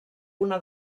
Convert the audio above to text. una